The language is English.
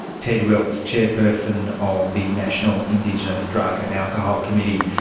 ted wilkes, chairperson of the national indigenous drug and alcohol committee.